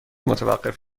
متوقف